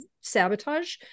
sabotage